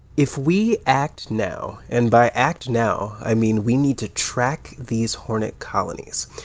if we act now and by act now, i mean we need to track these hornet colonies.